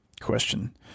question